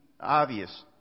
obvious